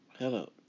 Hello